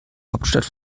hauptstadt